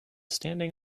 standing